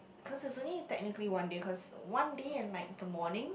cause it's only technically one day cause one day and like the morning